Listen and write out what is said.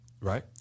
right